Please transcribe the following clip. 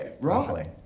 right